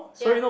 ya